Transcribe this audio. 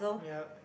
yup